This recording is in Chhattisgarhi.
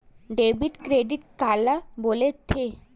डेबिट क्रेडिट काला बोल थे?